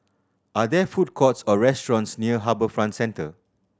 are there food courts or restaurants near HarbourFront Centre